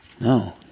No